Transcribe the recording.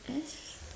as